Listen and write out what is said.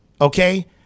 Okay